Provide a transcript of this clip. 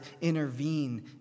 intervene